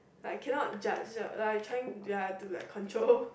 like cannot judge like trying do like control